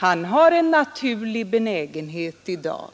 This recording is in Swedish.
Han har en naturlig benägenhet i dag